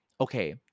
okay